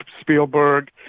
spielberg